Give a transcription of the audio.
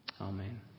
Amen